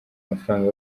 amafaranga